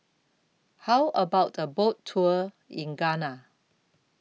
How about A Boat Tour in Ghana